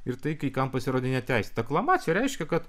ir tai kai kam pasirodė neteisėta aklamacija reiškia kad